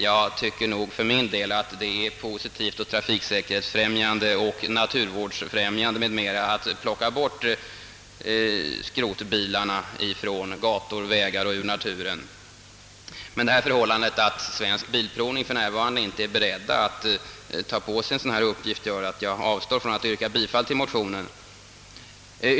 Jag anser för min del att det är positivt, trafiksäkerhetsfrämjande och naturvårdsfrämjande att plocka bort skrotbilarna från gator och vägar och ur naturen. Men det förhållandet att AB Svensk bilprovning för närvarande inte är berett att ta på sig en sådan här uppgift gör att jag avstår från att yrka bifall till motionen.